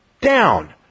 down